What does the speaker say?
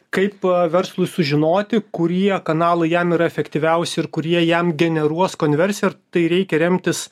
kaip verslui sužinoti kurie kanalai jam yra efektyviausi ir kurie jam generuos konversiją ar tai reikia remtis